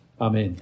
Amen